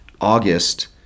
August